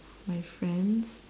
my friends